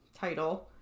title